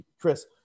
Chris